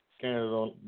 Canada